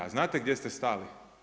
A znate gdje ste stali?